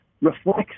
reflects